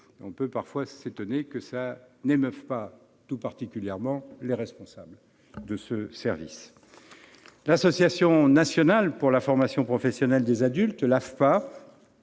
On peut parfois s'étonner que cela n'émeuve pas, tout particulièrement les responsables de ce service. L'Agence nationale pour la formation professionnelle des adultes, l'AFPA,